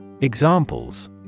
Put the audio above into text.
Examples